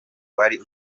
wari